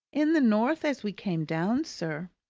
in the north as we came down, sir.